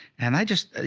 and they just,